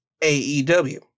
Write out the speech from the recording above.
AEW